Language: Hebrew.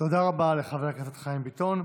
תודה רבה לחבר הכנסת חיים ביטון.